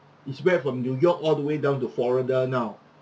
is spread from new york all the way down to florida now